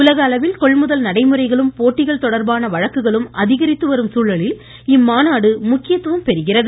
உலக அளவில் கொள்முதல் நடைமுறைகளும் போட்டிகள் தொடர்பான வழக்குகளும் அதிகரித்து வரும் சூழலில் இம்மாநாடு முக்கியத்துவம் பெறுகிறது